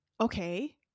Okay